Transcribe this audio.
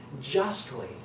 justly